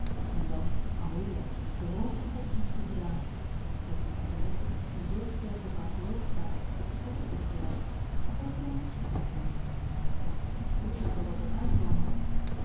en dan amelia is immers den roomschen godsdienst toegedaan heeft zij tante letje die zoo sterk op haar geloof staat opzettelijk misleid of heeft hier een misverstand plaats en hoe deerlijk zal dat dan uitkomen